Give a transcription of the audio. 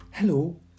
Hello